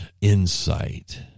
insight